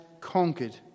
conquered